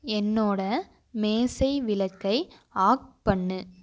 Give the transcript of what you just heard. என்னோடய மேஜை விளக்கை ஆப் பண்ணு